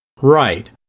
Right